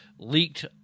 leaked